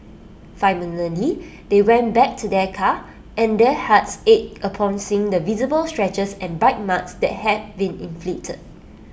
finally they went back to their car and their hearts ached upon seeing the visible scratches and bite marks that had been inflicted